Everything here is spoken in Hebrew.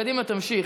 קדימה, תמשיך.